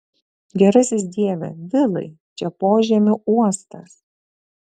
gerasis dieve vilai čia požemių uostas